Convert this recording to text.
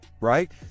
right